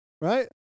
right